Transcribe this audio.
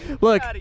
look